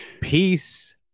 Peace